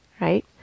right